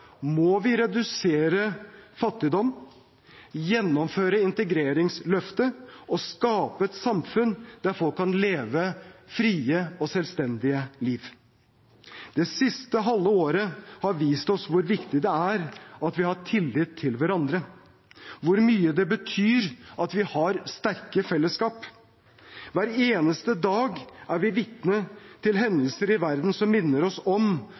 må vi redusere fattigdom, gjennomføre integreringsløftet og skape et samfunn der folk kan leve et fritt og selvstendig liv. Det siste halve året har vist oss hvor viktig det er at vi har tillit til hverandre, hvor mye det betyr at vi har sterke fellesskap. Hver eneste dag er vi vitne til hendelser i verden som minner oss om